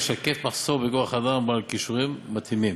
המשקף מחסור בכוח-אדם בעל כישורים מתאימים.